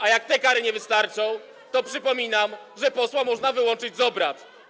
A jak te kary nie wystarczą, to przypominam, że posła można wyłączyć z obrad.